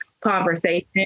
conversation